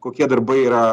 kokie darbai yra